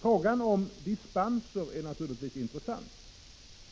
Frågan om dispenser är intressant.